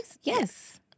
Yes